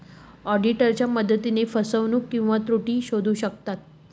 ऑडिटरच्या मदतीने फसवणूक किंवा त्रुटी शोधू शकतात